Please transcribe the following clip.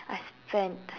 I spent